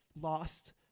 lost